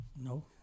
no